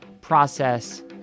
process